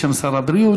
בשם שר הבריאות,